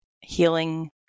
healing